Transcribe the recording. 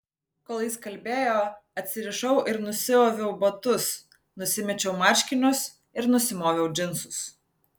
kol jis kalbėjo atsirišau ir nusiaviau batus nusimečiau marškinius ir nusimoviau džinsus